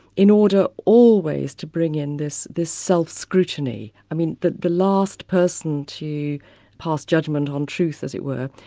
in order always to bring in this this self-scrutiny. i mean, the the last person to pass judgment on truth, as it were,